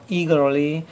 eagerly